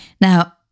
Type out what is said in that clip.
Now